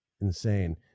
insane